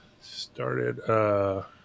started